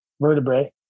vertebrae